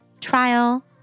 trial